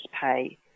pay